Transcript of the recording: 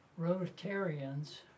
Rotarians